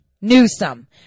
Newsom